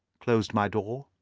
closed my door,